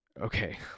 okay